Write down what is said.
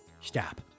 stop